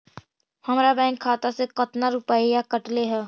हमरा बैंक खाता से कतना रूपैया कटले है?